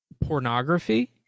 pornography